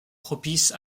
propice